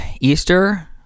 Easter